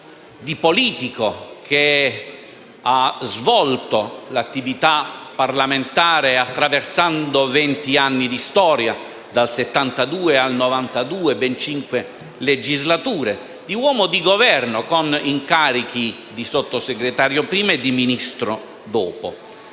di politico che ha svolto l'attività parlamentare attraversando venti anni di storia, dal 1972 al 1992 (ben cinque legislature), di uomo di Governo, con incarichi di Sottosegretario prima e di Ministro dopo.